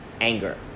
anger